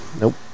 Nope